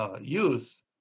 youth